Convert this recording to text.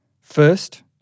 First